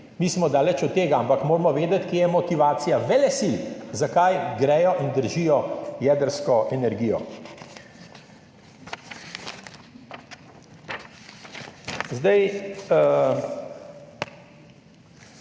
Mi smo daleč od tega, ampak moramo vedeti, kje je motivacija velesil, zakaj gredo in držijo jedrsko energijo.